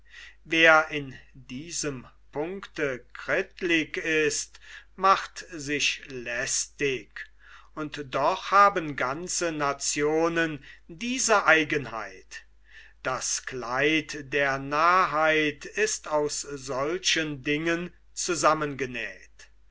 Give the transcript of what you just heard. wer in diesem punkte krittlich ist macht sich lästig und doch haben ganze nationen diese eigenheit das kleid der narrheit ist aus solchen dingen zusammengenäht